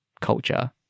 culture